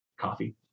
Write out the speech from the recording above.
coffee